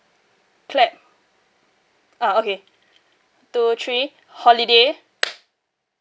clap uh okay two three holiday